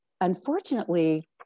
unfortunately